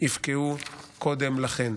יפקעו קודם לכן.